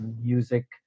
Music